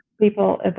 people